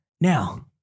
Now